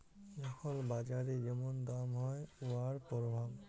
যখল বাজারে যেমল দাম হ্যয় উয়ার পরভাব